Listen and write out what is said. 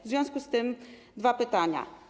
W związku z tym mam dwa pytania.